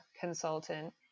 consultant